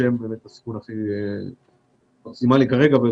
ששם באמת הסיכון הוא מקסימלי כרגע.